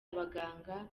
abaganga